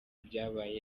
byabaye